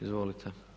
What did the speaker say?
Izvolite.